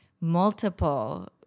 multiple